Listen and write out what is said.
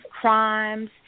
crimes